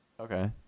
Okay